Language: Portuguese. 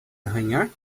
arranhar